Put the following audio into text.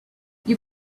you